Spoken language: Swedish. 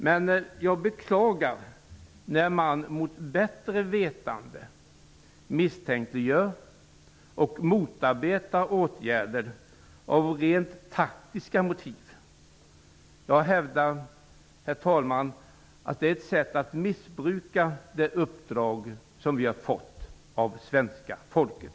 Men jag beklagar när man mot bättre vetande av rent taktiska skäl misstänkliggör och motarbetar åtgärder. Jag hävdar, herr talman, att det är ett sätt att missbruka det uppdrag som vi har fått av svenska folket.